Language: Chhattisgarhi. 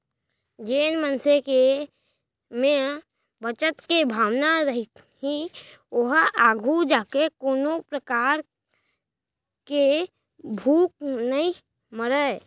जेन मनसे के म बचत के भावना रइही ओहा आघू जाके कोनो परकार ले भूख नइ मरय